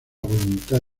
voluntad